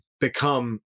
become